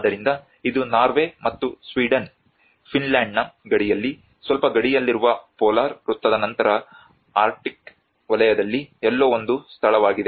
ಆದ್ದರಿಂದ ಇದು ನಾರ್ವೆ ಮತ್ತು ಸ್ವೀಡನ್ ಫಿನ್ಲ್ಯಾಂಡ್ನ ಗಡಿಯಲ್ಲಿ ಸ್ವಲ್ಪ ಗಡಿಯಲ್ಲಿರುವ ಪೋಲಾರ್ ವೃತ್ತದ ನಂತರ ಆರ್ಕ್ಟಿಕ್ ವಲಯದಲ್ಲಿ ಎಲ್ಲೋ ಒಂದು ಸ್ಥಳವಾಗಿದೆ